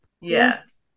Yes